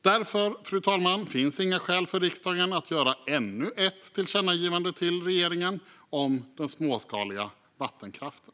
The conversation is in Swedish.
Därför, fru talman, finns det inga skäl för riksdagen att rikta ännu ett tillkännagivande till regeringen om den småskaliga vattenkraften.